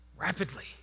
rapidly